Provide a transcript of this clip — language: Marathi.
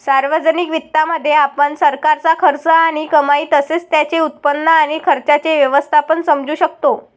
सार्वजनिक वित्तामध्ये, आपण सरकारचा खर्च आणि कमाई तसेच त्याचे उत्पन्न आणि खर्चाचे व्यवस्थापन समजू शकतो